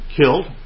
killed